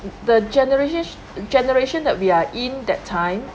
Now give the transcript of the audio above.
the generation generation that we are in that time